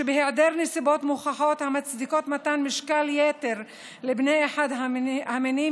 שבהיעדר נסיבות מוכחות המצדיקות מתן משקל יתר לבני אחד המינים,